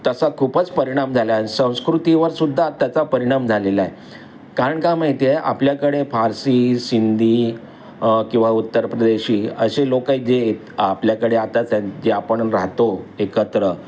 तसा खूपच परिणाम झाला आहे संस्कृतीवरसुद्धा त्याचा परिणाम झालेला आहे कारण का माहिती आहे आपल्याकडे फारसी सिंधी किंवा उत्तर प्रदेशी असे लोक आहे जे आपल्याकडे आताच जे आपण राहतो एकत्र